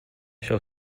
show